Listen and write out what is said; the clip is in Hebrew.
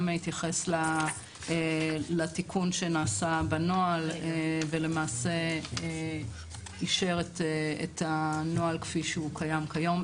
התייחס לתיקון שנעשה בנוהל ולמעשה אישר את הנוהל כפי שהוא קיים כיום.